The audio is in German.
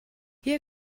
hier